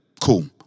Cool